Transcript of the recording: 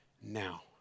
now